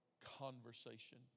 conversation